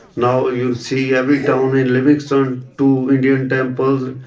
now ah you see every town in livingston, two indian temples.